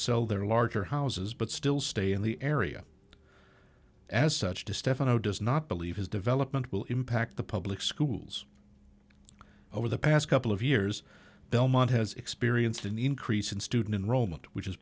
sell their larger houses but still stay in the area as such to stefano does not believe his development will impact the public schools over the past couple of years belmont has experienced an increase in student enrollment which